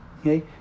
okay